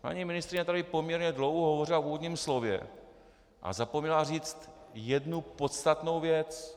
Paní ministryně tady poměrně dlouho hovořila v úvodním slově, ale zapomněla říct jednu podstatnou věc.